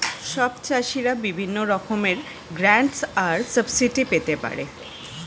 সব চাষীরা বিভিন্ন রকমের গ্র্যান্টস আর সাবসিডি পেতে পারে